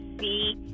see